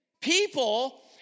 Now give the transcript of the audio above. People